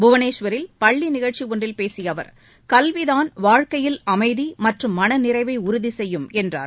புவனேஷ்வரில் பள்ளி நிகழ்ச்சி ஒன்றில் பேசிய அவர் கல்வி தான் வாழ்க்கையில் அமைதி மற்றும் மன நிறைவை உறுதிசெய்யும் என்றார்